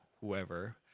whoever